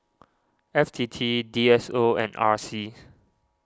F T T D S O and R C